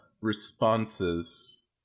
responses